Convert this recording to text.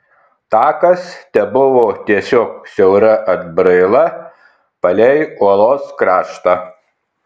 takas tebuvo tiesiog siaura atbraila palei uolos kraštą